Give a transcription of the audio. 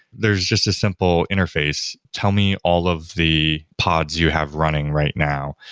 there's just a simple interface, tell me all of the pods you have running right now,